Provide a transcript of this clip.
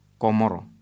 Komoro